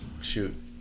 shoot